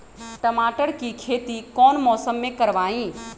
टमाटर की खेती कौन मौसम में करवाई?